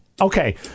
Okay